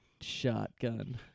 shotgun